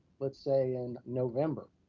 let's say, in november,